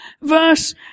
Verse